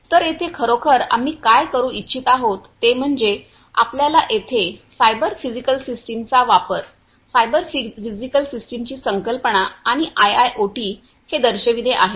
तर येथे खरोखर आम्ही काय करू इच्छित आहोत ते म्हणजे आपल्याला येथे सायबर फिजिकल सिस्टमचा वापर सायबर फिजिकल सिस्टमची संकल्पना आणि आयआयओटी हे दर्शविणे आहे